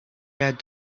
had